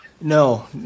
no